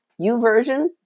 Uversion